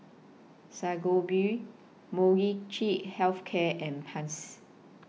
Sangobion Molnylcke Health Care and Pansy